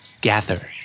gather